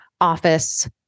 office